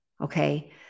okay